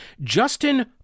Justin